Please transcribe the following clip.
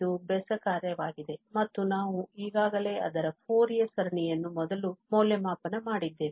ಇದು ಬೆಸ ಕಾರ್ಯವಾಗಿದೆ ಮತ್ತು ನಾವು ಈಗಾಗಲೇ ಅದರ ಫೋರಿಯರ್ ಸರಣಿಯನ್ನು ಮೊದಲು ಮೌಲ್ಯಮಾಪನ ಮಾಡಿದ್ದೇವೆ